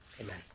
Amen